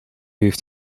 heeft